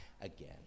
again